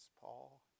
Paul